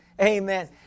Amen